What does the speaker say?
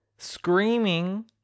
screaming